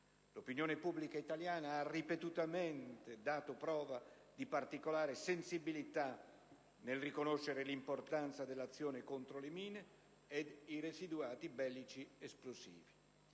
L'opinione pubblica italiana ha ripetutamente dato prova di particolare sensibilità nel riconoscere l'importanza dell'azione contro le mine e i residuati bellici esplosivi.